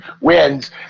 wins